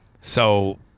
So-